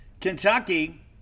Kentucky